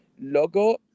logo